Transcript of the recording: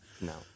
No